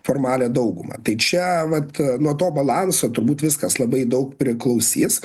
formalią daugumą tai čia vat nuo to balanso turbūt viskas labai daug priklausys